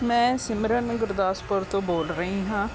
ਮੈਂ ਸਿਮਰਨ ਗੁਰਦਾਸਪੁਰ ਤੋਂ ਬੋਲ ਰਹੀ ਹਾਂ